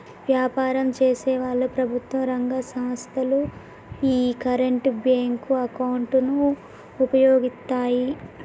వ్యాపారం చేసేవాళ్ళు, ప్రభుత్వం రంగ సంస్ధలు యీ కరెంట్ బ్యేంకు అకౌంట్ ను వుపయోగిత్తాయి